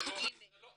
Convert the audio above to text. זה לא- -- רגע.